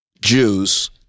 Jews